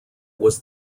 was